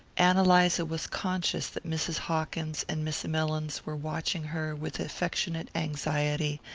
ann eliza was conscious that mrs. hawkins and miss mellins were watching her with affectionate anxiety,